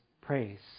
praise